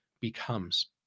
becomes